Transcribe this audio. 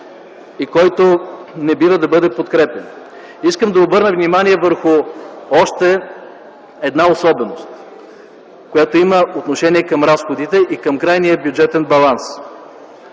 и който не бива да бъде подкрепен. Искам да обърна внимание върху още една особеност, която има отношение към разходите и към крайния бюджетен баланс.